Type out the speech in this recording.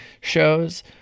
shows